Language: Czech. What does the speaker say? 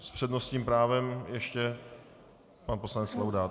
S přednostním právem ještě pan poslanec Laudát.